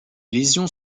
lésions